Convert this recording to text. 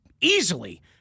easily